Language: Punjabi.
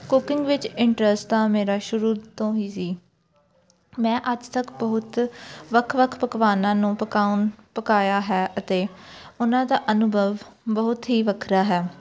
ਕੁਕਿੰਗ ਵਿੱਚ ਇੰਟਰਸਟ ਤਾਂ ਮੇਰਾ ਸ਼ੁਰੂ ਤੋਂ ਹੀ ਸੀ ਮੈਂ ਅੱਜ ਤੱਕ ਬਹੁਤ ਵੱਖ ਵੱਖ ਪਕਵਾਨਾਂ ਨੂੰ ਪਕਾਉਣ ਪਕਾਇਆ ਹੈ ਅਤੇ ਉਹਨਾਂ ਦਾ ਅਨੁਭਵ ਬਹੁਤ ਹੀ ਵੱਖਰਾ ਹੈ